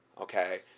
Okay